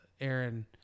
aaron